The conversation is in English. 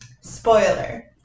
spoiler